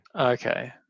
Okay